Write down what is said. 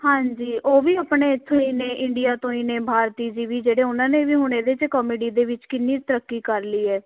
ਹਾਂਜੀ ਉਹ ਵੀ ਆਪਣੇ ਇੱਥੋਂ ਹੀ ਨੇ ਇੰਡੀਆ ਤੋਂ ਹੀ ਨੇ ਭਾਰਤੀ ਜੀ ਵੀ ਜਿਹੜੇ ਉਹਨਾਂ ਨੇ ਵੀ ਹੁਣ ਇਹਦੇ 'ਚ ਕੋਮੇਡੀ ਦੇ ਵਿੱਚ ਕਿੰਨੀ ਤਰੱਕੀ ਕਰ ਲਈ ਹੈ